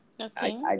Okay